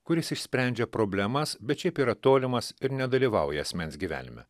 kuris išsprendžia problemas bet šiaip yra tolimas ir nedalyvauja asmens gyvenime